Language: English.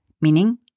meaning